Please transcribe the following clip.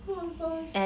oh my gosh